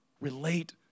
relate